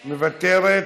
מוותרת,